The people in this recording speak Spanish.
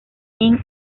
king